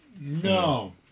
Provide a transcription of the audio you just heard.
No